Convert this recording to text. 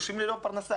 ללא פרנסה.